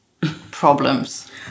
problems